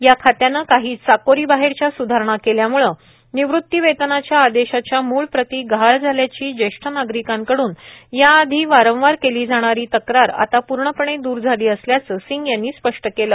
या खात्यानं काही चाकोरीबाहेरच्या स्धारणा केल्याम्ळे निवृत्ती वेतनाच्या आदेशाच्या मूळ प्रती गहाळ झाल्याची ज्येष्ठ नागरिकांकडून याआधी वारंवार केली जाणारी तक्रार आता पूर्णपणे दूर झाली असल्याचं सिंग यांनी स्पष्ट केलं